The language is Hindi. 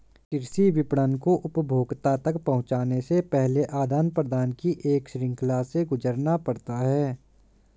कृषि विपणन को उपभोक्ता तक पहुँचने से पहले आदान प्रदान की एक श्रृंखला से गुजरना पड़ता है